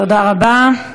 תודה רבה.